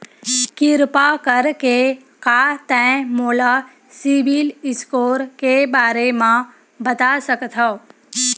किरपा करके का तै मोला सीबिल स्कोर के बारे माँ बता सकथस?